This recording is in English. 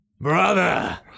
Brother